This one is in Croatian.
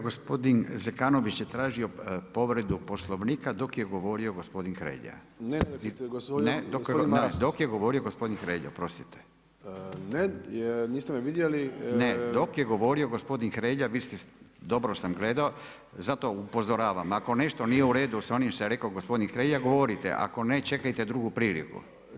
Gospodin Zekanović je tražio povredu Poslovnika dok je govorio gospodin Hrelja … [[Upadica se ne čuje.]] ne, dok je govorio gospodin Hrelja, oprostite [[Upadica: Ne, niste me vidjeli]] ne, dok je govorio gospodin Hrelja, vi ste se, dobro sam gledao, zato upozoravam, ako nešto nije u redu s onim što je rekao gospodin Hrelja, govorite, ako ne, čekajte drugu priliku.